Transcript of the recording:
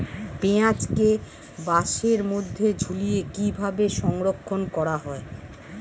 পেঁয়াজকে বাসের মধ্যে ঝুলিয়ে কিভাবে সংরক্ষণ করা হয়?